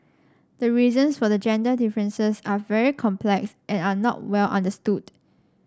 the reasons for the gender differences are very complex and are not well understood